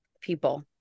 people